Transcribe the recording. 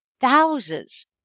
thousands